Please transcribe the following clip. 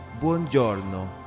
Buongiorno